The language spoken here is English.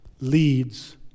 leads